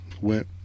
went